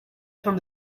from